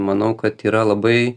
manau kad yra labai